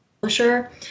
publisher